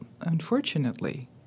unfortunately